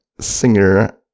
singer